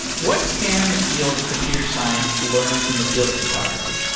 what can the field of computer science learn from the field of photography?